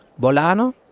Bolano